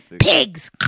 pigs